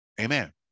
Amen